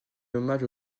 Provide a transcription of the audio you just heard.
hommage